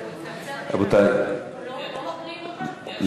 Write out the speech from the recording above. לא נקריא אותה?